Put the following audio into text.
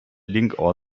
linkohr